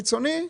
חיצוני,